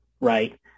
right